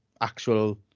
actual